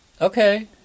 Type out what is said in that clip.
Okay